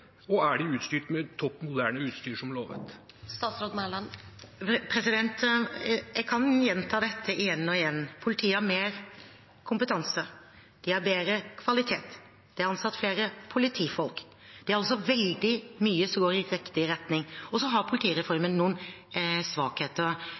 og er de utstyrt med topp moderne utstyr, som var lovet? Jeg kan gjenta dette igjen og igjen: Politiet har mer kompetanse, de har bedre kvalitet, det er ansatt flere politifolk. Det er altså veldig mye som går i riktig retning. Men politireformen har